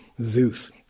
Zeus